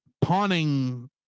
pawning